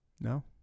no